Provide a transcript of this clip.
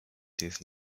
days